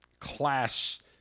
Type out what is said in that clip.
class